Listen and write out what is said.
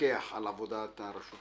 לפקח על עבודת הרשות